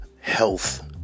health